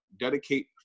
dedicate